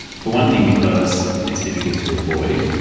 for one thing because it's difficult to avoid,